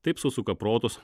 taip susuka protus